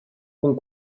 cun